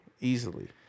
easily